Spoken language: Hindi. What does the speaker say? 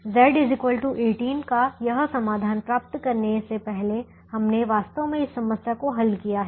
Z 18 का यह समाधान प्राप्त करने से पहले हमने वास्तव में इस समस्या को हल किया है